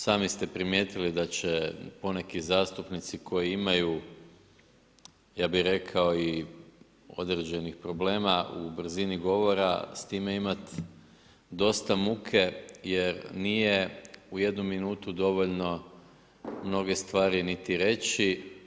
Sami ste primijetili da će poneki zastupnici koji imaju ja bih rekao i određenih problema u brzini govora, s time imat dosta muke jer nije u jednu minutu dovoljno mnoge stvari niti reći.